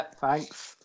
thanks